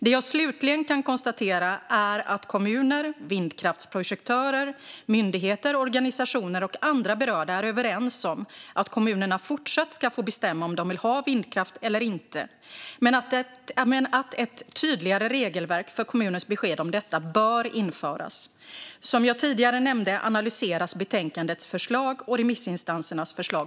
Det jag slutligen kan konstatera är att kommuner, vindkraftsprojektörer, myndigheter, organisationer och andra berörda är överens om att kommunerna fortsatt ska få bestämma om de vill ha vindkraftverk eller inte men att ett tydligare regelverk för kommunens besked om detta bör införas. Som jag tidigare nämnde analyseras fortfarande utredningens förslag i betänkandet och remissinstansernas förslag.